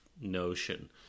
notion